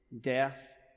death